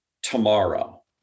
tomorrow